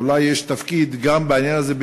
אולי יש תפקיד גם בעניין הזה,